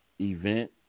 Event